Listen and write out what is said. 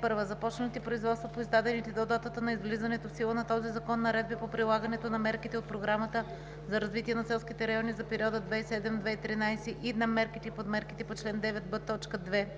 12. (1) Започналите производства по издадените до датата на влизането в сила на този закон наредби по прилагането на мерките от Програмата за развитие на селските райони за периода 2007 – 2013 г. и на мерките и подмерките по чл. 9б,